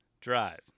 drive